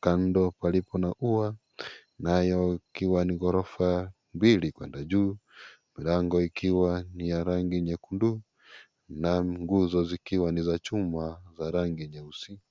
Kando karibu na ua nayo ukiwa ni gorofa mbili kwenda juu. Mlango ukiwa ni ya rangi nyekundu na nguzo zikiwa ni za chuma za rangi nyeusi.